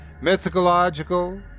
mythological